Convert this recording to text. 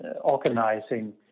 organizing